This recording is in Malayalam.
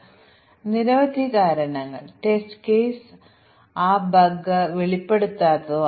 അതിനാൽ ഞങ്ങൾ ഞങ്ങളുടെ ടെസ്റ്റ് കേസുകൾ ശക്തിപ്പെടുത്തുന്നു